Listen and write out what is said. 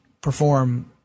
perform